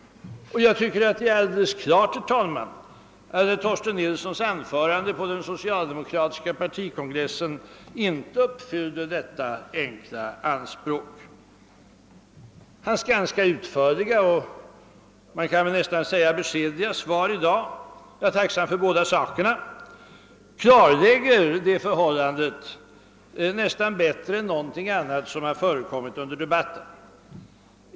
Jag anser det alldeles klart att herr Torsten Nilssons anförande på den socialdemokratiska partikongressen inte uppfyllde detta enkla anspråk. Hans ganska utförliga och man kan nästan säga beskedliga svar i dag — jag är tacksam för båda sakerna — klarlägger det förhållandet bättre än något annat som har förekommit under debatten.